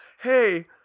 hey